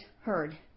heard